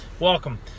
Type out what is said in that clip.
welcome